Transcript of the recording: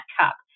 cup